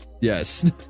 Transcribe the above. yes